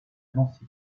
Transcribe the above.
nancy